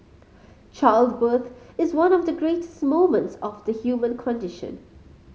childbirth is one of the greatest moments of the human condition